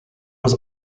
was